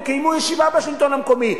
הם קיימו ישיבה בשלטון המקומי,